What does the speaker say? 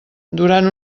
durant